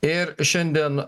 ir šiandien